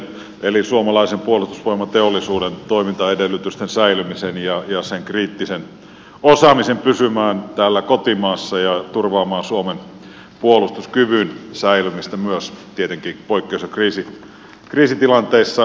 ensinnäkin suomalaisen puolustusvoimateollisuuden toimintaedellytysten säilyminen jotta se kriittinen osaaminen saadaan pysymään täällä kotimaassa ja turvaamaan suomen puolustuskyvyn säilymistä myös tietenkin poikkeus ja kriisitilanteissa